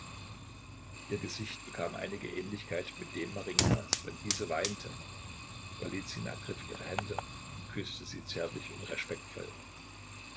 ihr gesicht bekam einige ähnlichkeit mit dem marinjkas wenn diese weinte golizyn ergriff ihre hände und küßte sie zärtlich und respektvoll